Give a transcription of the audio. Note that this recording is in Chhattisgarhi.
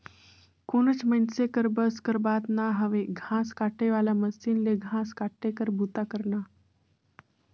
कोनोच मइनसे कर बस कर बात ना हवे घांस काटे वाला मसीन ले घांस काटे कर बूता करना